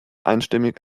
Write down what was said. einstimmig